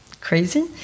crazy